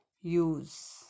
use